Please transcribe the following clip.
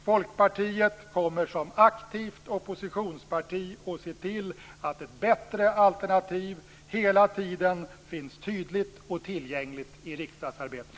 Folkpartiet kommer som aktivt oppositionsparti att se till att ett bättre alternativ hela tiden finns tydligt och tillgängligt i riksdagsarbetet.